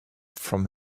from